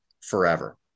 forever